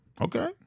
Okay